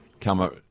come